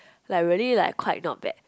like really like quite not bad